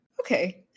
okay